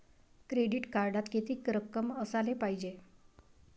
Credit कार्डात कितीक रक्कम असाले पायजे?